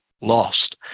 lost